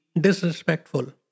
disrespectful